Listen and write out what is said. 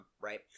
right